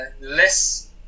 less